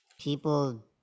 people